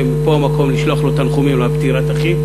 שפה המקום לשלוח לו תנחומים על פטירת אחיו,